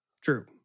true